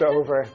over